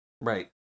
Right